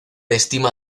estima